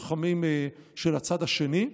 לוחמים של הצד השני.